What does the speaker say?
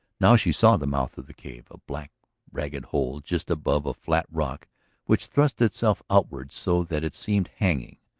now she saw the mouth of the cave, a black ragged hole just above a flat rock which thrust itself outward so that it seemed hanging,